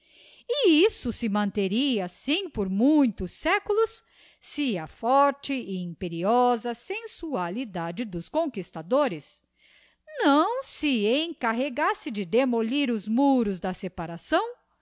isso se manteria assim por muitos séculos si a forte e imperiosa sensualidade dos conquistadores não se encarregasse de demolir os muros da separação